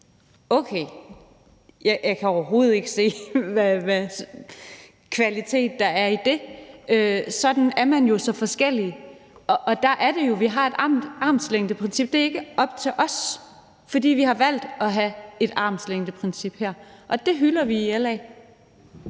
Okay, jeg kan overhovedet ikke se, hvad der er af kvalitet i det. Sådan er vi så forskellige, og der er det jo, vi har et armslængdeprincip; det er ikke op til os, fordi vi har valgt at have et armslængdeprincip her, og det hylder vi i LA.